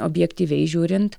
objektyviai žiūrint